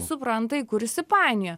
supranta į kur įsipainiojo